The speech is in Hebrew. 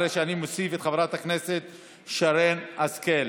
אחרי שאני מוסיף את חברת הכנסת שרן השכל.